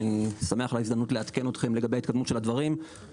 אני שמח על ההזדמנות לעדכן אתכם לגבי ההתקדמות של הדברים,